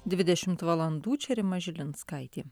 dvidešimt valandų čia rima žilinskaitė